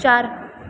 चारि